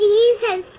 Jesus